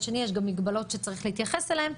שני יש גם מגבלות שצריך להתייחס אליהן.